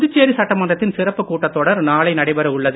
புதுச்சேரி சட்டமன்றத்தின் சிறப்பு கூட்டத்தொடர் நாளை நடைபெற உள்ளது